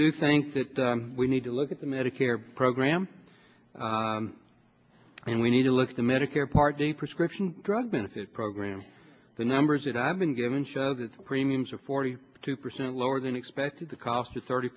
do think that we need to look at the medicare program and we need to look at the medicare part d prescription drug benefit program the numbers that i've been given show that premiums are forty two percent lower than expected to cost a thirty